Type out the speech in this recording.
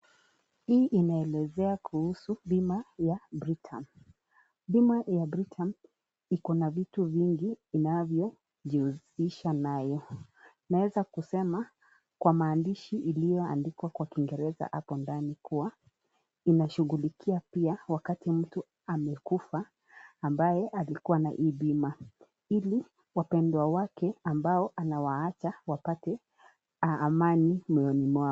Hii inaelezea kuhusu bima ya Britam. Bima ya Britam iko na vitu vingi inavyojiuzisha nayo. Naweza kusema kwa maandishi iliyoandikwa kwa Kiingereza hapo ndani kuwa inashughulikia pia wakati mtu amekufa, ambaye alikuwa na hii bima ili wapendwa wake ambao anawaacha wapate amani mioyoni mwao.